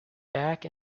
back